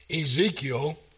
Ezekiel